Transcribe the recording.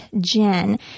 Jen